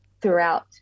throughout